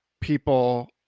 people